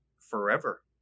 forever